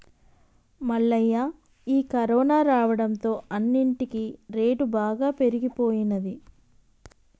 మల్లయ్య ఈ కరోనా రావడంతో అన్నిటికీ రేటు బాగా పెరిగిపోయినది